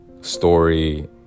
story